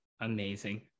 amazing